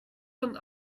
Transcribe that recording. von